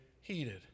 heated